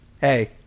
hey